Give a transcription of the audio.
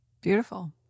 Beautiful